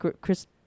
Chris